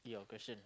your question